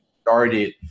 started